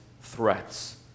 threats